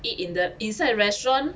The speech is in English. eat in the inside restaurant